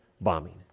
bombing